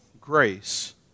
grace